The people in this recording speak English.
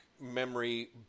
memory